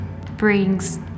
brings